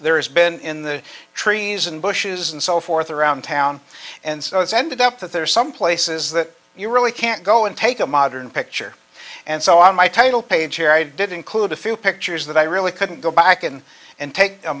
there has been in the trees and bushes and so forth around town and so it's ended up that there are some places that you really can't go and take a modern picture and so on my title page cherry did include a few pictures that i really couldn't go back in and take a